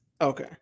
Okay